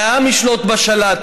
שהעם ישלוט בשלט,